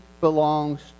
belongs